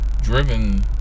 driven